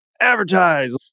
Advertise